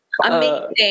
Amazing